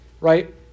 right